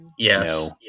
Yes